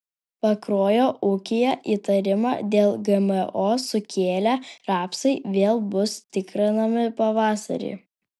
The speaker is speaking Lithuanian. pakruojo ūkyje įtarimą dėl gmo sukėlę rapsai vėl bus tikrinami pavasarį